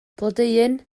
blodeuyn